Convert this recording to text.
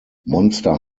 monster